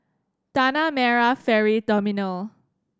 Tanah Merah Ferry Terminal